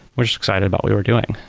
we're just excited about we were doing.